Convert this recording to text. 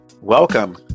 Welcome